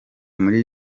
muri